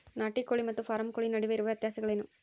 ನಾಟಿ ಕೋಳಿ ಮತ್ತು ಫಾರಂ ಕೋಳಿ ನಡುವೆ ಇರುವ ವ್ಯತ್ಯಾಸಗಳೇನು?